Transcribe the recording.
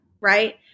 right